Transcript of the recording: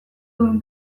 duen